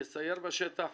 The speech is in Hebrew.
מסייר בשטח,